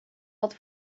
had